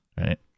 Right